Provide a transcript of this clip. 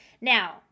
Now